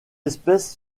espèce